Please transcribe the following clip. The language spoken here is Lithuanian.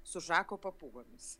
su žako papūgomis